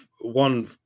one